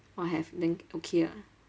oh have then okay ah